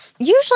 Usually